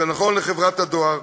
זה נכון לחברת הדואר,